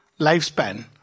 lifespan